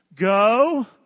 go